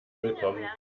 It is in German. willkommen